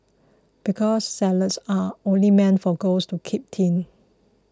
because salads are only meant for girls to keep thin